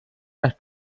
das